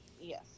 Yes